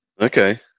Okay